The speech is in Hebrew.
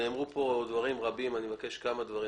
נאמרו כאן דברים רבים ואני מבקש כמה דברים.